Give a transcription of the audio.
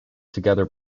together